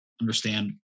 understand